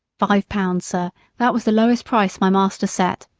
five pounds, sir that was the lowest price my master set.